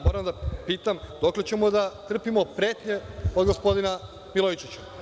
Moram da pitam – dokle ćemo da trpimo pretnje od gospodina Milojičića?